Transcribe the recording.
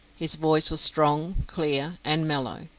his voice was strong, clear, and mellow,